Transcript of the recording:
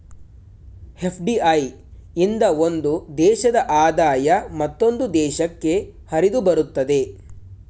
FDI ಇಂದ ಒಂದು ದೇಶದ ಆದಾಯ ಮತ್ತೊಂದು ದೇಶಕ್ಕೆ ಹರಿದುಬರುತ್ತದೆ